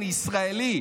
אני ישראלי,